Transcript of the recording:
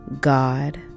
God